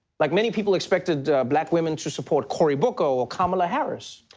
like many people expected, ah, black women to support corey booker or kamala harris.